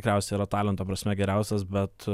tikriausiai yra talento prasme geriausias bet